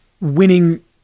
winning